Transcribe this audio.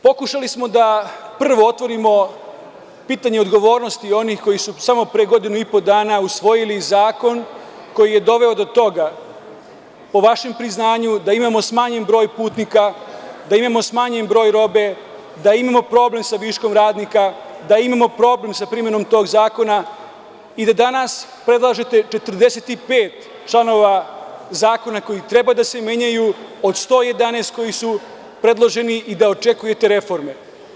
Pokušali smo da otvorimo pitanje odgovornosti onih koji su samo pre godinu i po dana usvojili zakon koji je doveo do toga, po vašem priznanju, da imamo smanjen broj putnika, da imamo smanjen broj robe, da imamo problem sa viškom radnika, da imamo problem sa primenom tog zakona i da danas predlažete 45 članova zakona koji treba da se menjaju od 111 koji su9 predloženi i da očekujete reforme.